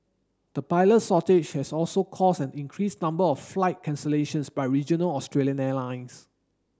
the pilot shortage has also caused an increased number of flight cancellations by regional Australian airlines